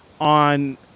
on